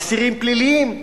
אסירים פליליים.